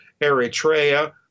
Eritrea